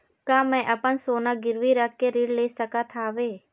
का मैं अपन सोना गिरवी रख के ऋण ले सकत हावे?